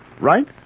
Right